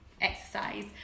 exercise